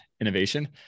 innovation